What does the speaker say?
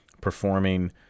performing